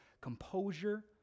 composure